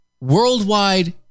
worldwide